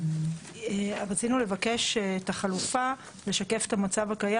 רצינו לבקש את החלופה לשקף את המצב הקיים.